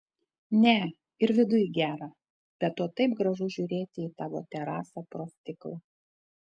ne ir viduj gera be to taip gražu žiūrėti į tavo terasą pro stiklą